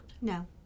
No